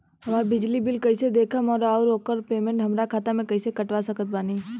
हमार बिजली बिल कईसे देखेमऔर आउर ओकर पेमेंट हमरा खाता से कईसे कटवा सकत बानी?